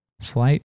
slight